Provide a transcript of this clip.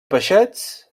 peixets